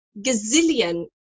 gazillion